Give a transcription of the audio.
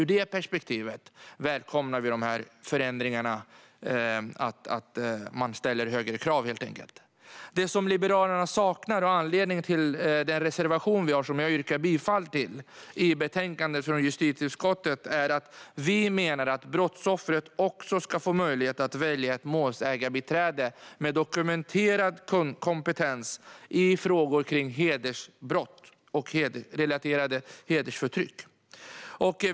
Ur det perspektivet välkomnar vi förändringarna som innebär att man helt enkelt ställer högre krav. Det som Liberalerna saknar, och som är anledningen till den reservation som vi har i betänkandet från justitieutskottet och som jag yrkar bifall till, är att vi menar att brottsoffret också ska få möjlighet att välja ett målsägandebiträde med dokumenterad kompetens i frågor om hedersbrott och hedersrelaterat förtryck.